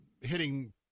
hitting